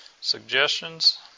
Suggestions